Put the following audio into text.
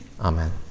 Amen